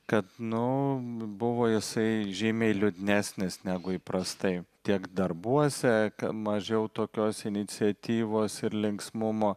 kad nu buvo jisai žymiai liūdnesnis negu įprastai tiek darbuose mažiau tokios iniciatyvos ir linksmumo